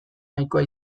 nahikoa